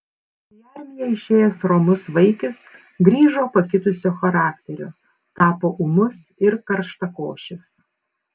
į armiją išėjęs romus vaikis grįžo pakitusio charakterio tapo ūmus ir karštakošis